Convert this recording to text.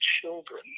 Children